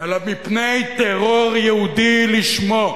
אלא מפני טרור יהודי לשמו.